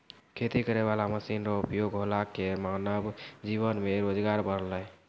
खेती करै वाला मशीन रो उपयोग होला से मानब जीवन मे रोजगार बड़लै